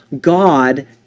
God